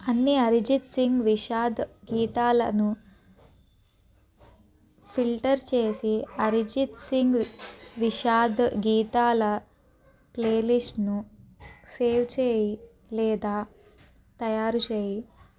అన్ని అరిజిత్ సింగ్ విషాద గీతాలను ఫిల్టర్ చేసి అరిజిత్ సింగ్ విషాద గీతాల ప్లేలిస్ట్ను సేవ్ చేయి లేదా తయారు చేయి